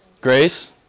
Grace